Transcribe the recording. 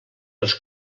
els